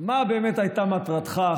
מה באמת הייתה מטרתך,